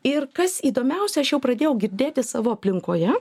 ir kas įdomiausia aš jau pradėjau girdėti savo aplinkoje